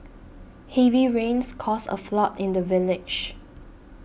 heavy rains caused a flood in the village